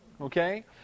okay